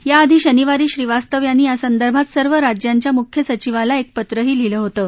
याआधी शनिवारी श्रीवास्तव यांनी या संदर्भात सर्व राज्यांच्या मुख्य सचिवांना एक पत्रही लिहिलं होतं